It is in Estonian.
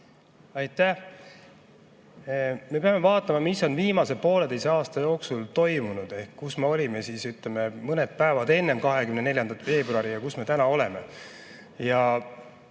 Aitäh! Me peame vaatama, mis on viimase pooleteise aasta jooksul toimunud, ehk kus me olime, ütleme, mõned päevad enne 24. veebruari ja kus me täna oleme.